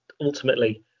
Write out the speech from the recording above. ultimately